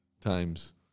times